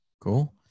Cool